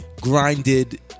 Grinded